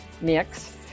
mix